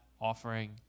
offering